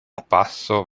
passo